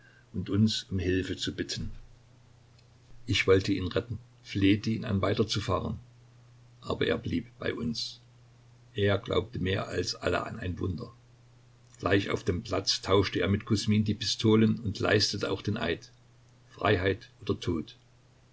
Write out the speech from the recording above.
und uns um hilfe zu bitten ich wollte ihn retten flehte ihn an weiterzufahren aber er blieb bei uns er glaubte mehr als alle an ein wunder gleich auf dem platz tauschte er mit kusmin die pistolen und leistete auch den eid freiheit oder tod